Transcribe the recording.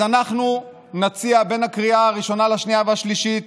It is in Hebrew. אז אנחנו נציע בין הקריאה הראשונה לקריאה השנייה והשלישית